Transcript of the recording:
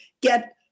get